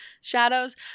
shadows